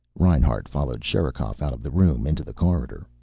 reinhart followed sherikov out of the room, into the corridor.